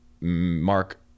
Mark